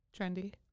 Trendy